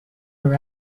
her